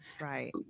right